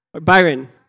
Byron